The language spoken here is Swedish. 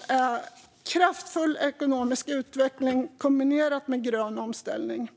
vision är kraftfull ekonomisk utveckling kombinerat med grön omställning.